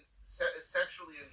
sexually